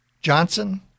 Johnson